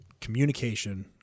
communication